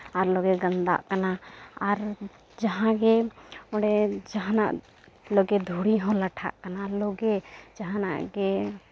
ᱟᱨ ᱞᱚᱜᱮ ᱜᱟᱱᱫᱟᱜ ᱠᱟᱱᱟ ᱟᱨ ᱡᱟᱦᱟᱸ ᱜᱮ ᱚᱸᱰᱮ ᱡᱟᱦᱟᱱᱟ ᱞᱚᱜᱮ ᱫᱷᱩᱲᱤ ᱦᱚᱸ ᱞᱟᱴᱷᱟᱜ ᱠᱟᱱᱟ ᱞᱚᱜᱮ ᱡᱟᱦᱟᱱᱟᱜ ᱜᱮ